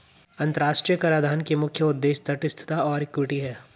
अंतर्राष्ट्रीय कराधान के मुख्य उद्देश्य तटस्थता और इक्विटी हैं